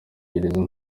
gereza